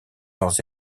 leurs